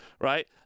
right